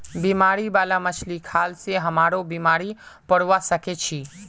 बीमारी बाला मछली खाल से हमरो बीमार पोरवा सके छि